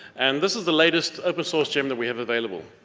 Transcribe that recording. and this is the latest open source gem that we have available.